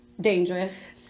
Dangerous